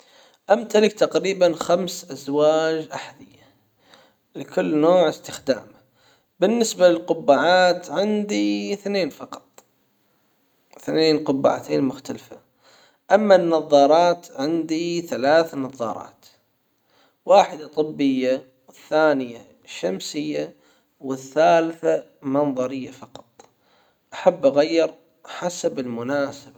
امتلك تقريبا خمس ازواج احذية لكل نوع استخدامه بالنسبة للقبعات عندي اثنين فقط اثنين قبعتين مختلفة اما النظارات عندي ثلاث نظارات واحد طبية والثانية شمسية والثالثة منظرية فقط احب اغير حسب المناسبة